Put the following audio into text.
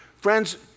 Friends